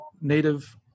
native